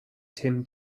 tim